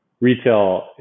retail